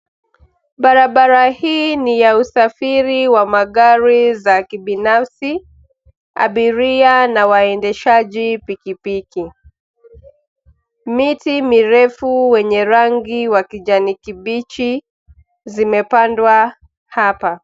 Barabara hii ni ya usafiri wa magari za kibinafsi, abiria na waendeshaji pikipiki. Miti mirefu wenye rangi wa kijani kibichi zimepandwa hapa.